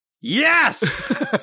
Yes